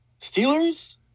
Steelers